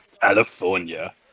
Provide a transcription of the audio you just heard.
California